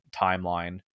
timeline